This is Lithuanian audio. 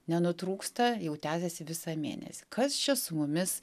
nenutrūksta jau tęsiasi visą mėnesį kas čia su mumis